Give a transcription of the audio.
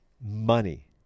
Money